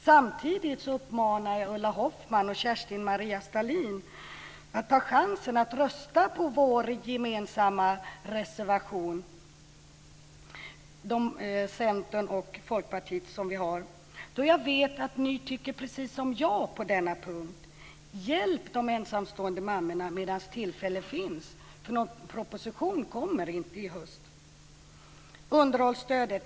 Samtidigt uppmanar jag Ulla Hoffmann och Kerstin-Maria Stalin att ta chansen att rösta på vår gemensamma reservation med Centern och Folkpartiet då jag vet att ni tycker precis som jag på denna punkt. Hjälp de ensamstående mammorna medan tillfälle finns, för någon proposition kommer inte i höst.